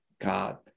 God